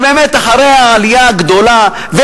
שבאמת אחרי העלייה הגדולה,